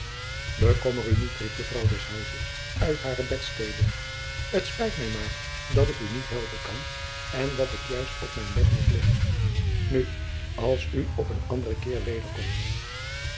bekommer oe niet riep de vrouw des huizes uit hare bedstede t spijt mij maôr dat ik oe niet helpen kan en dat ik juist op mijn bed moet liggen nu als oe op een aôre keer